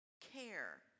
care